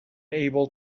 able